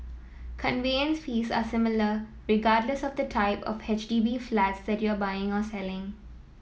conveyance fees are similar regardless of the type of H D B flat that you are buying or selling